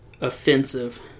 offensive